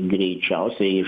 greičiausia iš